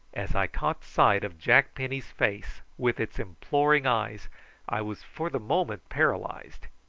as i caught sight of jack penny's face with its imploring eyes i was for the moment paralysed.